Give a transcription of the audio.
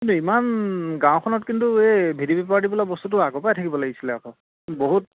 কিন্তু ইমান গাঁওখনত কিন্তু এই ভি ডি পি পাৰ্টি বোলা বস্তুটো আগৰ পৰাই থাকিব লাগিছিলে আকৌ বহুত